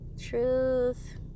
Truth